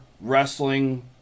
wrestling